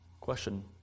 Question